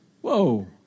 Whoa